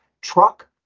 truck